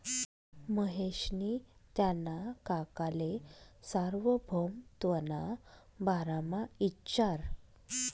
महेशनी त्याना काकाले सार्वभौमत्वना बारामा इचारं